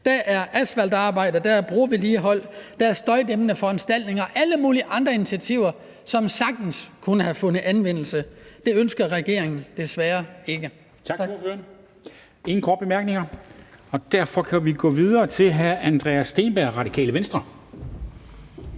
Der er asfaltarbejder, der er brovedligehold, der er arbejde med støjdæmpende foranstaltninger og alle mulige andre initiativer, som sagtens kunne have fundet anvendelse. Det ønsker regeringen desværre ikke.